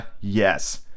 yes